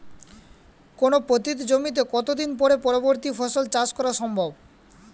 কোনো পতিত জমিতে কত দিন পরে পরবর্তী ফসল চাষ করা সম্ভব?